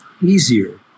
easier